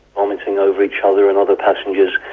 vomiting over each other and other passengers,